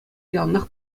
яланах